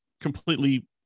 completely